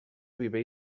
viver